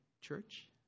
church